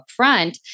upfront